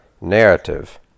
narrative